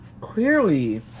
clearly